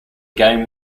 game